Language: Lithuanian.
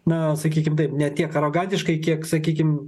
na sakykim taip ne tiek arogantiškai kiek sakykim